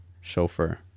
Chauffeur